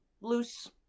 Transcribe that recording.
Loose